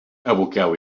aboqueu